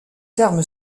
terme